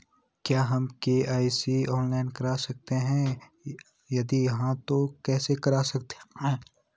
क्या हम KYC online करा सकते हैं यदि हाँ तो कैसे करा सकते हैं?